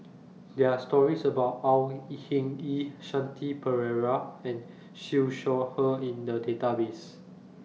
there're stories about Au Hing Yee Shanti Pereira and Siew Shaw Her in The Database